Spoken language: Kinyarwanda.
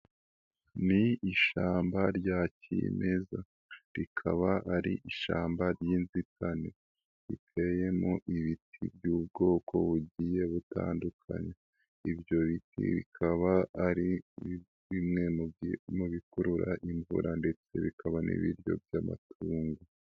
Ni ishyamba rya kimeza, rikaba ari ishyamba ry'inzitane. Riteyemo ibiti by'ubwoko bugiye butandukanye. Ibyo biti bikaba ari bimwe mu bikurura imvura ndetse bikaba n'ibiryo by'amatungo.